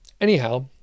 Anyhow